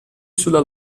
sulla